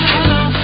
Hello